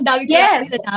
yes